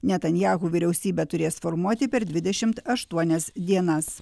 netanyahu vyriausybę turės formuoti per dvidešimt aštuonias dienas